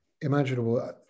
imaginable